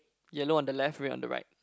yellow on the left red on the right